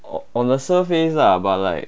or on the surface lah but like